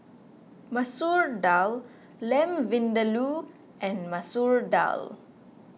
Masoor Dal Lamb Vindaloo and Masoor Dal